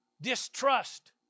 Distrust